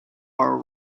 are